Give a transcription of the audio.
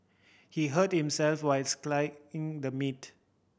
he hurt himself while slicing the meat